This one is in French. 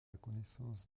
connaissance